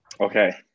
Okay